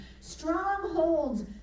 Strongholds